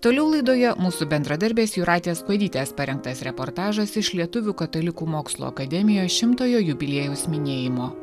toliau laidoje mūsų bendradarbės jūratės kuodytės parengtas reportažas iš lietuvių katalikų mokslo akademijos šimtojo jubiliejaus minėjimo